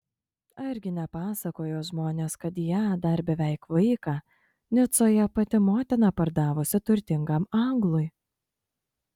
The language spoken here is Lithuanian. argi nepasakojo žmonės kad ją dar beveik vaiką nicoje pati motina pardavusi turtingam anglui